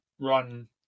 run